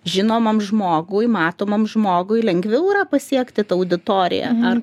žinomam žmogui matomam žmogui lengviau yra pasiekti tą auditoriją ar